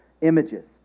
images